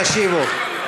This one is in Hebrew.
תשיבו,